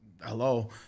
hello